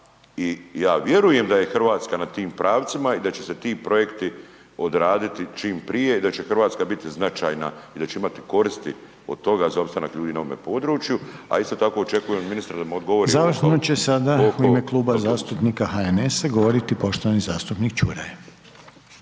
i ja vjerujem da je Hrvatska na tim pravcima i da će se ti projekti odraditi čim prije i da će Hrvatska biti značajna i da će imati koristi od toga za opstanak ljudi na ovome području. Ali isto tako očekujem od ministra da mi odgovori … /Govornici govore u isto vrijeme./ … **Reiner, Željko (HDZ)** Završno će sada u ime Kluba zastupnika HNS-a govoriti poštovani zastupnik Čuraj.